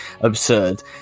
absurd